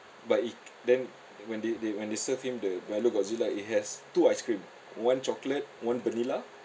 but it then when they they when they serve him the milo godzilla it has two ice cream one chocolate one vanilla